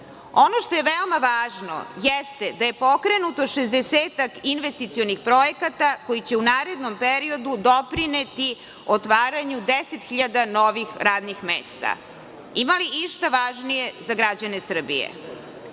što je veoma važno jeste da je pokrenuto šezdesetak investicionih projekata koji će u narednom periodu doprineti otvaranju 10.000 novih radnih mesta. Ima li išta važnije za građane Srbije?